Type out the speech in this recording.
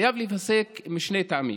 חייב להיפסק, משני טעמים: